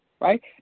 right